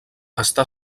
està